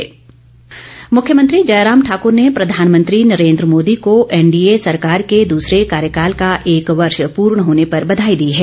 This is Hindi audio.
जयराम बघाई मुख्यमंत्री जयराम ठाकूर ने प्रधानमंत्री नरेन्द्र मोदी को एनडीए सरकार के दूसरे कार्यकाल का एक वर्ष पूर्ण होने पर बधाई दी है